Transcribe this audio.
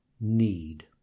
need